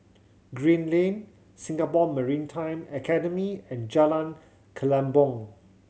Green Lane Singapore Maritime Academy and Jalan Kelempong